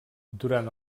durant